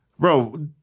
Bro